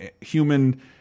human